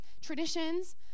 traditions